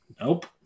nope